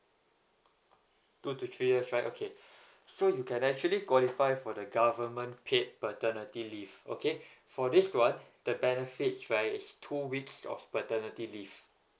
two to three years right okay so you can actually qualify for the government paid paternity leave okay for this one the benefits right is two weeks of paternity leave